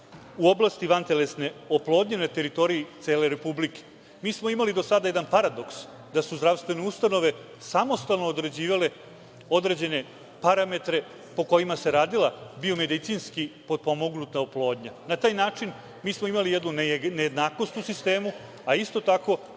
u oblasti vantelesne oplodnje na teritoriji cele Republike. Mi smo imali do sada jedan paradoks da su zdravstvene ustanove samostalno određivale određene parametre po kojima se radila biomedicinski potpomognuta oplodnja. Na taj način mi smo imali jednu nejednakost u sistemu, a isto tako,